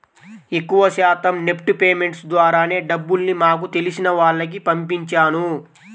ఎక్కువ శాతం NEFT payments ద్వారానే డబ్బుల్ని మాకు తెలిసిన వాళ్లకి పంపించాను